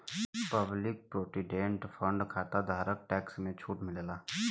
public provident fund खाताधारक के tax में छूट मिलला